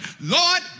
Lord